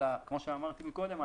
כמו שאמרתי קודם,